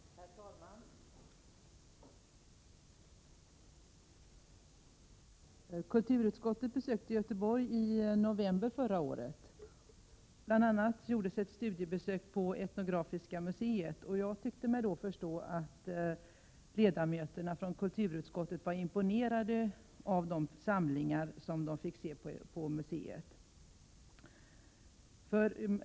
Herr talman! Kulturutskottet besökte Göteborg i november förra året. Bl. a. gjordes ett studiebesök på Etnografiska museet, och jag tyckte mig då förstå att utskottets ledamöter var imponerade av museets unika samlingar.